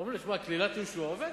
אומרים לו: שמע, קללת יהושע עובדת.